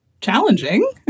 challenging